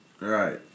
right